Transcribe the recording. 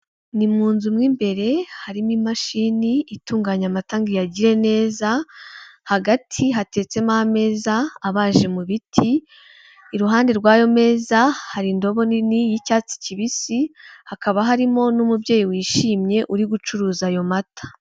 Ni mu nzu mu imbere harimo imashini itunganya amata ngo iyagiriye neza, hagati hateretsemo ameza abaje mu biti, iruhande rw'ayo meza hari indobo nini y'icyatsi kibisi, hakaba harimo n'umubyeyi wishimye uri gucuruza ayo mata.